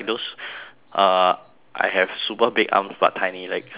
uh I have super big arms but tiny legs